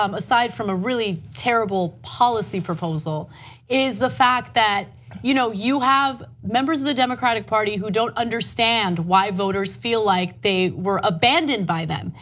um aside from a really terrible policy proposal is the fact that you know you have members of the democratic party who don't understand why voters feel like they were abandoned by them.